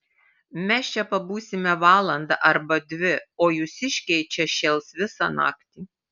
mes čia pabūsime valandą arba dvi o jūsiškiai čia šėls visą naktį